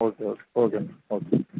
okay okay okay ma'am okay